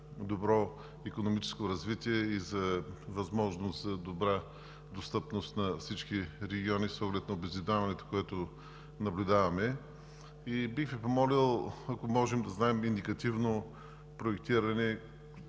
добро икономическо развитие и за възможност за добра достъпност на всички региони с оглед на обезлюдяването, което наблюдаваме. Бих Ви помолил, ако можем да знаем индикативно проектиране